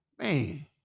Man